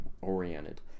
oriented